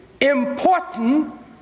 important